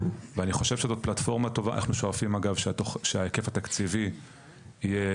אנחנו שואפים אגב שההיקף התקציבי יהיה